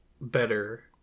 better